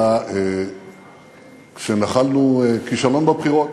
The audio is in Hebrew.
היה כשנחלנו כישלון בבחירות